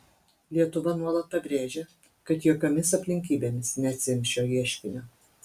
lietuva nuolat pabrėžia kad jokiomis aplinkybėmis neatsiims šio ieškinio